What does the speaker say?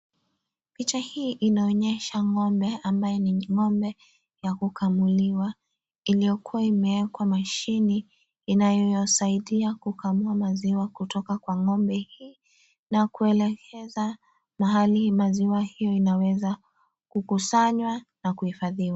Picha hii inaonyesha ng'ombe ambaye ni ng'ombe ya kukamuliwa iliyokuwa imewekwa mashine inayosaidia kukamua maziwa kutoka kwa ng'ombe na kuelekeza mahali maziwa hiyo inaweza kukusanywa na kuhifadhiwa.